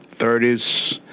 30s